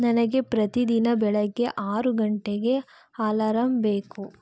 ನನಗೆ ಪ್ರತಿದಿನ ಬೆಳಗ್ಗೆ ಆರು ಗಂಟೆಗೆ ಅಲರಂ ಬೇಕು